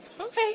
Okay